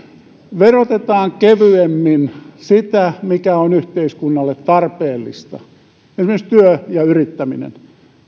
verotetaan kevyemmin sitä mikä on yhteiskunnalle tarpeellista esimerkiksi työ ja yrittäminen